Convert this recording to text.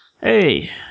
Hey